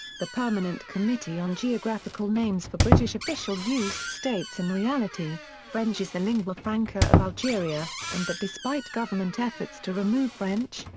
the permanent committee on geographical names for british official use states in reality, french is the lingua franca of algeria, and that despite government efforts to remove french,